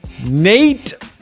Nate